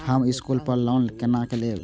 हम स्कूल पर लोन केना लैब?